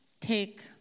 take